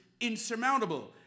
insurmountable